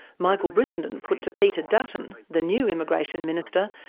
michael brissendon put to peter dutton, the new immigration minister,